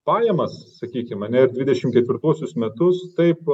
pajamas sakykim ane ir dvidešim ketvirtuosius metus taip